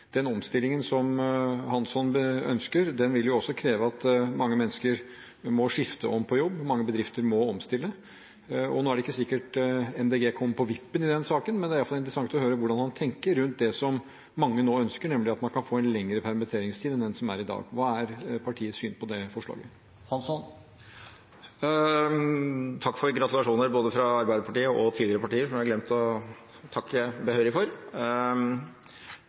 Den omstillingen som Hansson ønsker, vil også kreve at mange mennesker må skifte jobb, mange bedrifter må omstille. Nå er det ikke sikkert Miljøpartiet De Grønne kommer på vippen i den saken, men det er i alle fall interessant å høre hvordan man tenker rundt det som mange nå ønsker, nemlig at man kan få en lengre permitteringstid enn den som er i dag. Hva er partiets syn på det forslaget? Takk for gratulasjoner både fra Arbeiderpartiet og fra tidligere partier som jeg har glemt å takke behørig for.